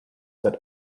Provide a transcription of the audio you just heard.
that